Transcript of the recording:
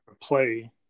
play